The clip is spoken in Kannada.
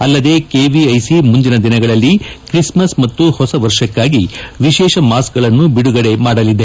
ಅಲ್ಲದೆ ಕೆವಿಐಸಿ ಮುಂದಿನ ದಿನಗಳಲ್ಲಿ ತ್ರಿಸ್ಮಸ್ ಮತ್ತು ಹೊಸ ವರ್ಷಕ್ಕಾಗಿ ವಿಶೇಷ ಮಾಸ್ಕ್ ಗಳನ್ನು ಬಿಡುಗಡೆ ಮಾಡಲಿದೆ